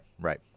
right